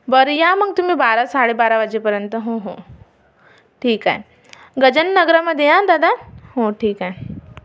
बर या मग तुम्ही बारा साडेबारा वाजेपर्यंत हो हो ठीक आहे गजानन नगरामध्ये या नं दादा हो ठीक आहे